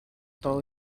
though